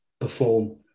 perform